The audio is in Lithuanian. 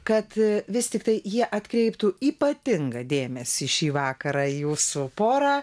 kad vis tiktai jie atkreiptų ypatingą dėmesį šį vakarą į jūsų porą